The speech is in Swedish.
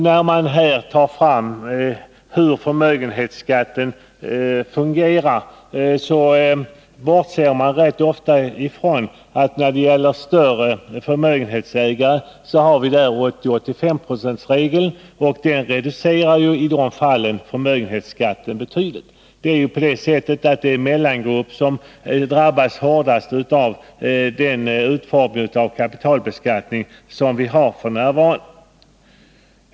När man diskuterar hur förmögenhetsskatten fungerar, bortser man rätt ofta ifrån att när det gäller större förmögenhetsägare har vi den s.k. 80/85-procentsregeln, som i de fallen reducerar förmögenhetsskatten betydligt. Det är mellangruppen som drabbas hårdast av det uttag som vi har f. n. när det gäller kapitalbeskattningen.